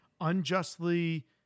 Unjustly